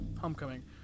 Homecoming